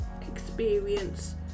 experience